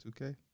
2K